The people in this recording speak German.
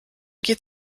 geht